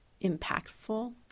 impactful